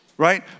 Right